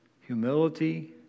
humility